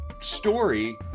story